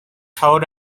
held